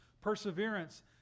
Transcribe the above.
perseverance